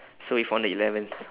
so we found the eleventh